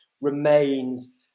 remains